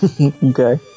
Okay